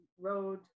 road